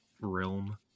realm